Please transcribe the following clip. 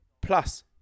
plus